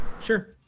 Sure